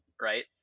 right